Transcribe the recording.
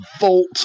Vault